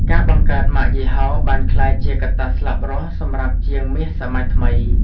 ការបង្កើត "ម៉ាកយីហោ" បានក្លាយជាកត្តាស្លាប់រស់សម្រាប់ជាងមាសសម័យថ្មី។